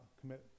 commit